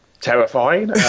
terrifying